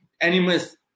animals